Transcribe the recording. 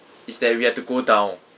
is that we have to go down